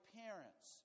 parents